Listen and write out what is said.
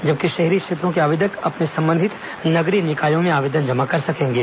जबकि शहरी क्षेत्रों के आवेदक अपने संबंधित नगरीय निकायों में आवेदन जमा कर सकेंगे